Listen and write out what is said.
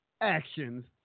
Actions